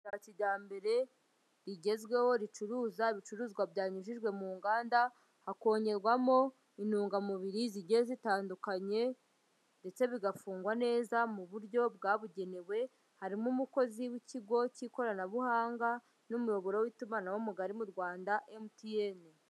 Isoko rya kijyambere, rigezweho ricuruza ibicuruzwa byanyujijwe mu nganda, hakongerwamo intungamubiri zigiye zitandukanye, ndetse bigafungwa neza mu buryo bwabugenewe, harimo umukozi w'ikigo cy'ikoranabuhanga n'umuyoboro w'itumanaho mugari mu Rwanda MTN.